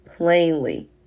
plainly